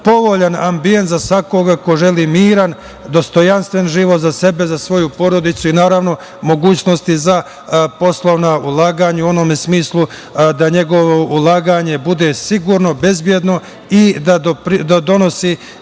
povoljan ambijent za svakog ko želi miran, dostojanstven život za sebe, za svoju porodicu i naravno, mogućnosti za poslovna ulaganja u onome smislu da njegovo ulaganje bude sigurno, bezbedno i da donosi